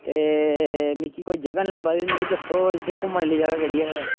ते मिगी कोई जगह निं लब्भा दी मिगी दस्सो इत्थें घूमने आह्ली जगह् केह्ड़ी ऐ